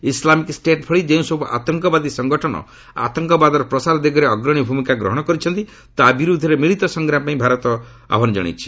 Islamic State ଭଳି ଯେଉଁସବୁ ଆତଙ୍କବାଦୀ ସଂଗଠନ ଆତଙ୍କବାଦର ପ୍ରସାର ଦିଗରେ ଅଗ୍ରଣୀ ଭୂମିକା ଗ୍ରହଣ କରିଛନ୍ତି ତାହା ବିରୁଦ୍ଧରେ ମିଳିତ ସଂଗ୍ରାମ ପାଇଁ ଭାରତ ପ୍ରସ୍ତୁତ